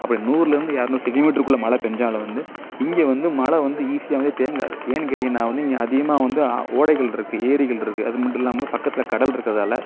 அப்படி நூறில் இருந்து இருநூறு சென்டிமீட்டருக்குள்ள மழை பேய்ஞ்சாலும் வந்து இங்கே வந்து மழை வந்து ஈசியாக வந்து தேங்காது ஏன்னு கேட்டிங்கன்னா வந்து இங்கே அதிகமாக வந்து ஓடைகள் இருக்கு ஏரிகள் இருக்கு அது மட்டும் இல்லாமல் பக்கத்தில் கடல் இருக்கிறதால